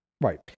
Right